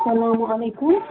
سلامُ علیکُم